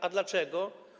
A dlaczego?